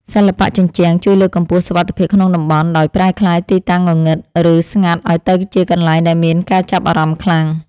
សិល្បៈជញ្ជាំងជួយលើកកម្ពស់សុវត្ថិភាពក្នុងតំបន់ ដោយប្រែក្លាយទីតាំងងងឹត ឬស្ងាត់ឱ្យទៅជាកន្លែងដែលមានការចាប់អារម្មណ៍ខ្លាំង។